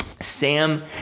Sam